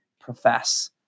profess